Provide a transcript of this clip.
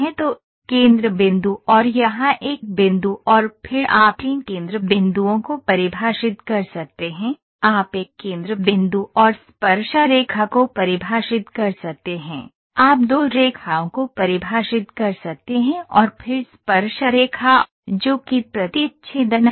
तो केंद्र बिंदु और यहां एक बिंदु और फिर आप 3 केंद्र बिंदुओं को परिभाषित कर सकते हैं आप एक केंद्र बिंदु और स्पर्शरेखा को परिभाषित कर सकते हैं आप 2 रेखाओं को परिभाषित कर सकते हैं और फिर स्पर्शरेखा जो कि प्रतिच्छेदन है